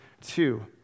two